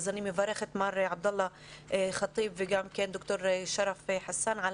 אני מברכת את מר עבדאללה חטיב ואת דוקטור שרף חסאן על